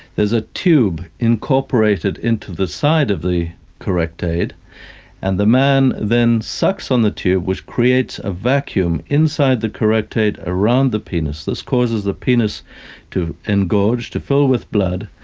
there's a tube incorporated into the side of the correctaid and the man then sucks on the tube which creates a vacuum inside the correctaid around the penis, this causes the penis to engorge, to fill with blood,